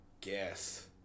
guess